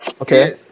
Okay